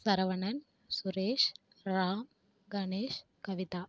Saravanan Suresh Ram Ganesh Kavitha